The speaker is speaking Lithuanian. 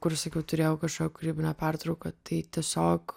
kur sakiau turėjau kažkokią kūrybinę pertrauką tai tiesiog